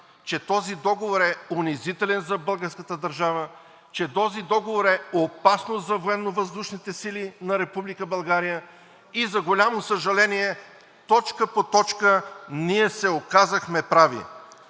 че този договор е унизителен за българската държава, че този договор е опасност за Военновъздушните сили на Република България и за голямо съжаление, точка по точка ние се оказахме прави.